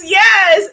yes